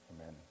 Amen